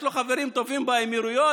יש לו חברים טובים באמירויות,